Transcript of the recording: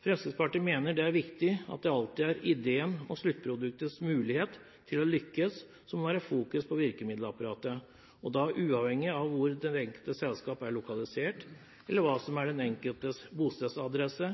Fremskrittspartiet mener det er viktig at det alltid er ideen og sluttproduktets mulighet til å lykkes som må være fokus på virkemiddelapparatet, og da uavhengig av hvor det enkelte selskap er lokalisert, eller hva som er den enkeltes bostedsadresse,